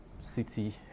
City